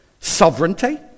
Sovereignty